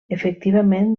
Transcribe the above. efectivament